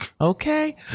Okay